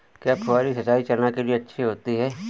क्या फुहारी सिंचाई चना के लिए अच्छी होती है?